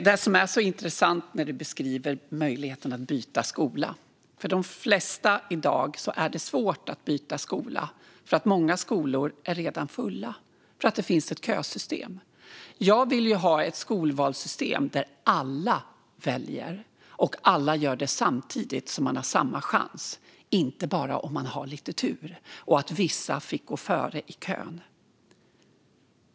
Fru talman! Det är intressant att höra dig prata om möjligheten att byta skola, Arin Karapet. För de flesta är det i dag svårt att byta skola eftersom många skolor redan är fulla på grund av sitt kösystem. Jag vill ha ett skolvalssystem där alla väljer samtidigt så att alla har samma chans och inte bara vissa, med lite tur eller förtur.